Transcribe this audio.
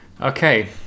okay